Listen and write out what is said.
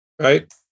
right